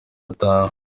arataha